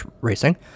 racing